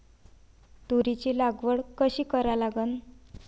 तुरीची लागवड कशी करा लागन?